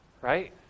right